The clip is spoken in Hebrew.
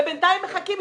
ובינתיים מחכים.